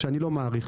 שאני לא מאריך.